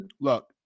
look